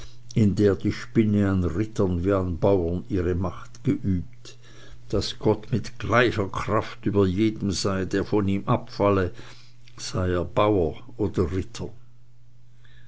in der die spinne an rittern wie an den bauren ihre macht geübt daß gott mit gleicher kraft über jedem sei der von ihm abfalle sei er bauer oder